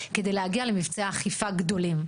כיד להגיע למבצעי אכיפה גדולים.